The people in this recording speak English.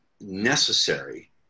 necessary